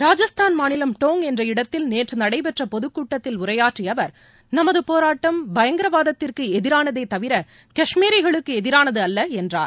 ராஜஸ்தான் மாநிலம் டோங்க் என்ற இடத்தில் நேற்று நடைபெற்ற பொதுக்கூட்டத்தில் உரையாற்றிய அவர் நமது போராட்டம் பயங்கரவாதத்திற்கு எதிரானதே தவிர காஷ்மிகளுக்கு எதிரானதல்ல என்றார்